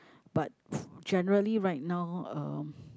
but generally right now uh